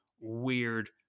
weird